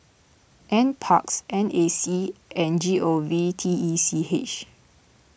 NParks N A C and G O V T E C H